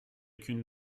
qu’une